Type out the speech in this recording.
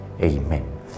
Amen